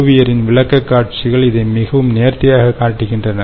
ஓவியரின் விளக்கக்காட்சிகள் இதை மிக நேர்த்தியாகக் காட்டுகின்றன